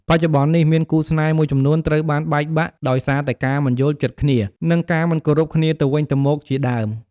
បច្ចុប្បន្ននេះមានគូរស្នេហ៍មួយចំនួនត្រូវបានបែកបាក់ដោយសារតែការមិនយល់ចិត្តគ្នា និងការមិនគោរពគ្នាទៅវិញទៅមកជាដើម។